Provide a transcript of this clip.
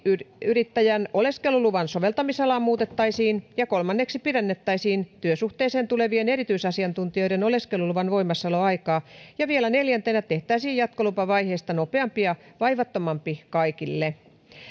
yrittäjän oleskeluluvan soveltamisalaa muutettaisiin kolmanneksi pidennettäisiin työsuhteeseen tulevien erityisasiantuntijoiden oleskeluluvan voimassaoloaikaa ja vielä neljäntenä tehtäisiin jatkolupavaiheesta nopeampi ja vaivattomampi kaikille suomalainen